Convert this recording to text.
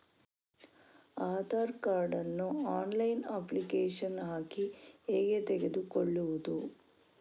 Aadhaar card ನ್ನು online application ಹಾಕಿ ಹೇಗೆ ತೆಗೆದುಕೊಳ್ಳುವುದು?